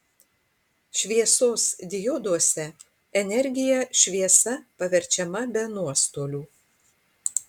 šviesos dioduose energija šviesa paverčiama be nuostolių